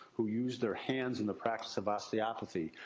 who used their hands in the practice of osteopathy,